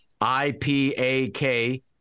IPAK